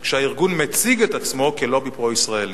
כשהארגון מציג את עצמו כלובי פרו-ישראלי.